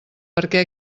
perquè